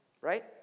right